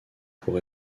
pour